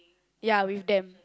ya with them